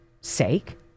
sake